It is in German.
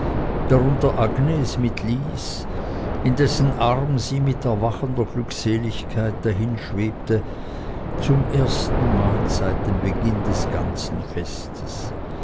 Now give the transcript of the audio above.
darunter agnes mit lys in dessen arm sie mit erwachender glückseligkeit dahinschwebte zum ersten male seit dem beginne des ganzen festes